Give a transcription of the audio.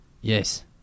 Yes